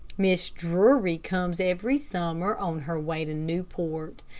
mrs. drury comes every summer on her way to newport,